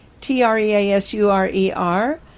T-R-E-A-S-U-R-E-R